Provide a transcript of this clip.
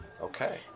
Okay